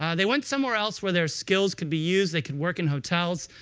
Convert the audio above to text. ah they went somewhere else, where their skills could be used, they could work in hotels.